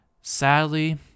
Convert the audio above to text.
Sadly